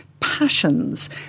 passions